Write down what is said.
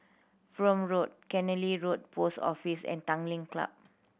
Prome Road Killiney Road Post Office and Tanglin Club